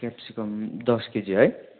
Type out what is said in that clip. capsicum दस KG है